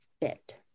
bit